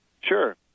Sure